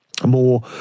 more